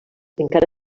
encara